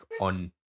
on